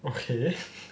okay